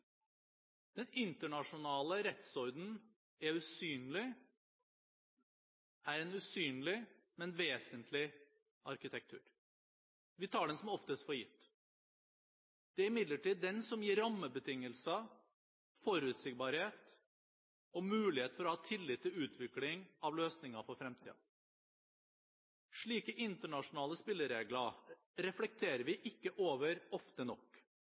Den internasjonale rettsordenen er en usynlig, men vesentlig arkitektur. Vi tar den som oftest for gitt. Det er imidlertid den som gir rammebetingelser, forutsigbarhet og mulighet for å ha tillit til utvikling av løsninger for fremtiden. Slike internasjonale spilleregler reflekterer vi ikke over ofte nok.